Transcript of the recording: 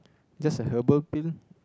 just a herbal pill